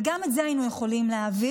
וגם את זה היינו יכולים להעביר,